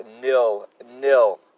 nil-nil